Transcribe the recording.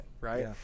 right